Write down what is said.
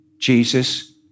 Jesus